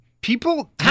people